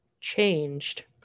changed